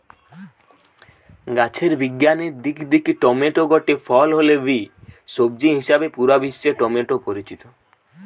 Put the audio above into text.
গাছের বিজ্ঞানের দিক দিকি টমেটো গটে ফল হলে বি, সবজি হিসাবেই পুরা বিশ্বে টমেটো পরিচিত